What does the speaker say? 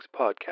Podcast